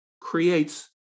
creates